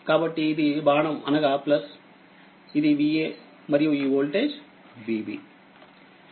కాబట్టిఇది బాణంఅనగాఇదిVaమరియు ఈ వోల్టేజి Vb